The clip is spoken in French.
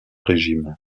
régime